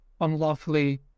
unlawfully